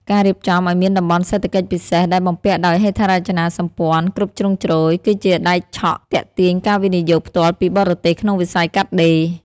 ការរៀបចំឱ្យមានតំបន់សេដ្ឋកិច្ចពិសេសដែលបំពាក់ដោយហេដ្ឋារចនាសម្ព័ន្ធគ្រប់ជ្រុងជ្រោយ គឺជាដែកឆក់ទាក់ទាញការវិនិយោគផ្ទាល់ពីបរទេសក្នុងវិស័យកាត់ដេរ។